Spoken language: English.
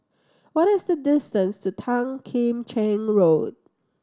what is the distance to Tan Kim Cheng Road